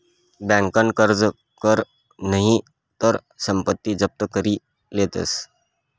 बँकन कर्ज कर नही तर संपत्ती जप्त करी लेतस